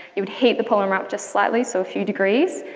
you would heat the polymer up just slightly, so a few degrees,